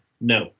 No